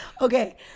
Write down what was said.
Okay